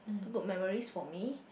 good memories for me